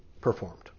performed